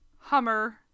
Hummer